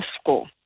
school